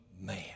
man